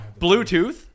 Bluetooth